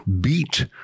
beat